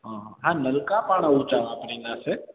हा हा नलिका पाण ऊंचा वापिराईंदसीं